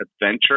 Adventure